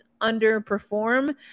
underperform